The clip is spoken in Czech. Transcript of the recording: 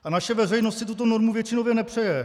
A naše veřejnost si tuto normu většinově přeje.